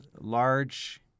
large